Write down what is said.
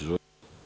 Izvolite.